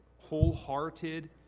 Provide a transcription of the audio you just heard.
wholehearted